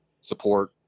support